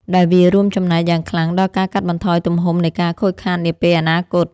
ដែលវារួមចំណែកយ៉ាងខ្លាំងដល់ការកាត់បន្ថយទំហំនៃការខូចខាតនាពេលអនាគត។